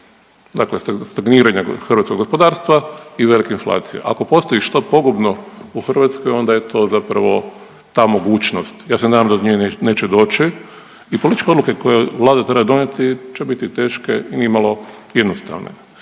dakle stagniranja hrvatskog gospodarstva i u velike inflacije. Ako postoji što pogubno u Hrvatskoj onda je to zapravo ta mogućnost. Ja se nadam da do nje neće doći i političke odluke koje vlada treba donijeti će biti teške i nimalo jednostavno.